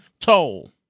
toll